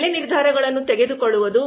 ಬೆಲೆ ನಿರ್ಧಾರಗಳನ್ನು ತೆಗೆದುಕೊಳ್ಳುವುದು